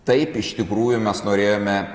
taip iš tikrųjų mes norėjome